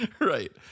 Right